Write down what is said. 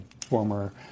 former